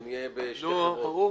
שנהיה בשתי חברות.